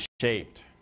shaped